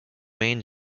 main